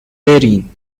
برین